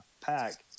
pack